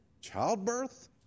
childbirth